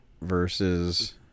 versus